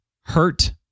hurt